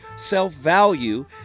Self-value